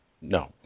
No